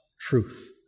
truth